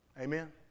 Amen